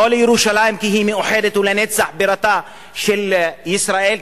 לא לירושלים כי היא מאוחדת ולנצח בירתה של ישראל,